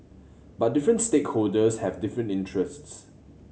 but different stakeholders have different interests